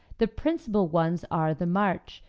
the principal ones are the march,